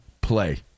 play